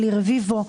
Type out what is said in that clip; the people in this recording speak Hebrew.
אלי רביבו,